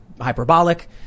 hyperbolic